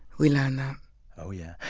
we learn that oh, yeah.